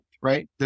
right